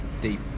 Deep